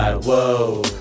Whoa